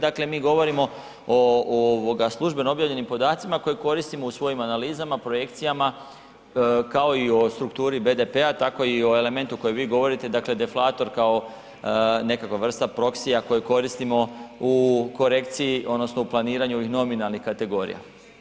Dakle, mi govorimo o ovoga službeno objavljenim podacima koje koristimo u svojim analizama projekcijama kao i o strukturi BDP-a tako i o elementu o kojem vi govorite dakle deflator kao nekakva vrsta proksija koji koristimo u korekciji odnosno u planiranju ovih nominalnih kategorija.